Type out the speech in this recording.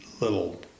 little